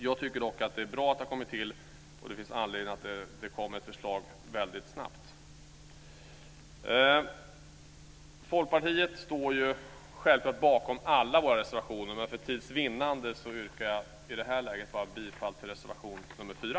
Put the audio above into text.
Jag tycker dock att det är bra att utredningen har tillsatts, och det finns anledning att den kommer med ett förslag väldigt snabbt. Vi i Folkpartiet står självklart bakom alla våra reservationer, men för tids vinnande yrkar jag i det här läget bifall bara till reservation nr 4.